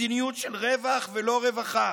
מדיניות של רווח ולא רווחה,